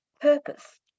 purpose